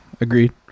agreed